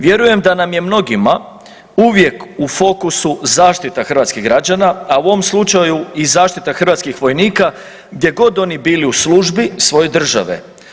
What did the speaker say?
Vjerujem da nam je mnogima uvijek u fokusu zaštita hrvatskih građana, a u ovom slučaju i zaštita hrvatskih vojnika gdje god oni bili u službi svoje države.